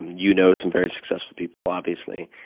you know some very successful people, obviously.